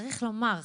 צריך לומר,